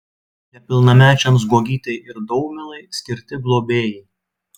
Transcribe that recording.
nepilnamečiams guogytei ir daumilai skirti globėjai